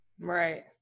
right